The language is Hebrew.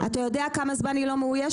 אתה יודע כמה זמן היא לא מאוישת?